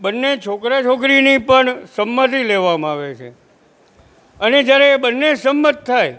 બંને છોકરા છોકરીની પણ સંમતિ લેવામાં આવે છે અને જ્યારે બંને સંમત થાય